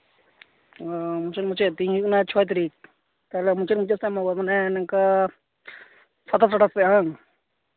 ᱚᱻ ᱢᱩᱪᱟᱹᱫ ᱢᱩᱪᱟᱹᱫ ᱛᱮᱦᱮᱧ ᱦᱩᱭᱩᱜ ᱠᱟᱱᱟ ᱪᱷᱚᱭ ᱛᱟᱹᱨᱤᱠᱷ ᱛᱟᱦᱚᱞᱮ ᱢᱩᱪᱟᱹᱫ ᱢᱩᱪᱟᱹᱫ ᱥᱮᱫ ᱱᱚᱝᱠᱟ ᱥᱟᱛᱟᱥ ᱟᱴᱷᱟᱥ ᱥᱮᱫ ᱵᱟᱝ